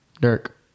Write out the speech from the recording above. Dirk